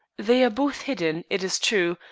they are both hidden, it is true,